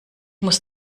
muss